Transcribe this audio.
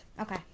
Okay